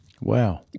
Wow